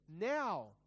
now